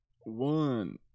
one